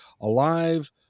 alive